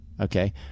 Okay